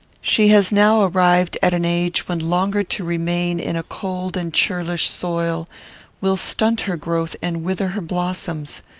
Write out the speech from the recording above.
she has now arrived at an age when longer to remain in a cold and churlish soil will stunt her growth and wither her blossoms.